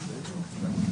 בבקשה.